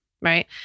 right